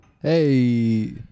hey